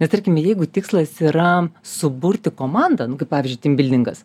nes tarkim jeigu tikslas yra suburti komandą nu kaip pavyzdžiui timbildingas